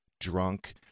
drunk